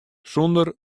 sûnder